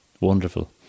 Wonderful